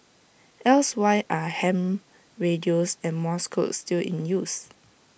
else why are ham radios and morse code still in use